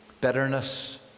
bitterness